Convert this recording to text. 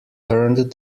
turned